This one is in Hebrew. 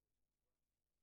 טוב,